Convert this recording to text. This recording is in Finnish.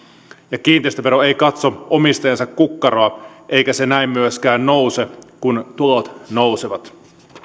ja kiinteistövero ei katso omistajansa kukkaroa eikä se näin myöskään nouse kun tulot nousevat